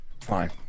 Fine